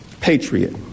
patriot